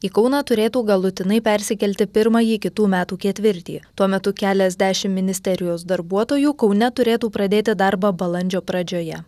į kauną turėtų galutinai persikelti pirmąjį kitų metų ketvirtį tuo metu keliasdešim ministerijos darbuotojų kaune turėtų pradėti darbą balandžio pradžioje